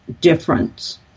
difference